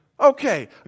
Okay